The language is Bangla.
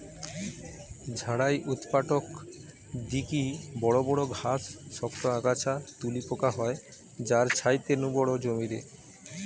ঝাড়াই উৎপাটক দিকি বড় বড় ঘাস, শক্ত আগাছা তুলি পোকা হয় তার ছাইতে নু বড় জমিরে